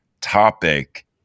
topic